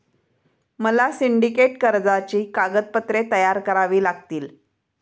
मला सिंडिकेट कर्जाची कागदपत्रे तयार करावी लागतील